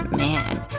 man.